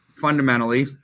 Fundamentally